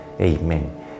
Amen